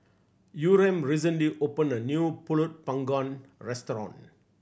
Yurem recently opened a new Pulut Panggang restaurant